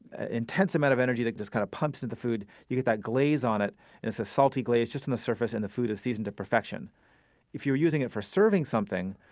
intense amount of energy that just kind of pumps on the food. you get that glaze on it it's a salty glaze just on the surface and the food is seasoned to perfection if you're using it for serving something,